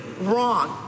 wrong